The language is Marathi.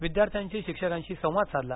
विद्यार्थ्यांशी शिक्षकांशी संवाद साधला